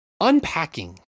Unpacking